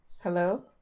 Hello